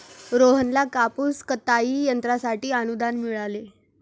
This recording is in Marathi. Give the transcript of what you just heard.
रोहनला कापूस कताई यंत्रासाठी अनुदान मिळाले